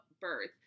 birth